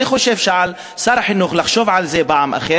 אני חושב שעל שר החינוך לחשוב על זה בפעם הבאה,